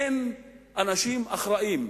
אין אנשים אחראיים,